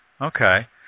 Okay